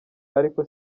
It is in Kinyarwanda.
ariko